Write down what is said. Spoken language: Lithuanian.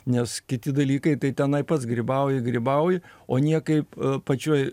nes kiti dalykai tai tenai pats grybauji grybauji o niekaip pačioj